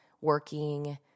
working